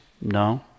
No